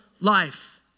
life